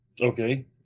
Okay